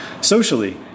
Socially